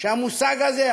שהמושג הזה,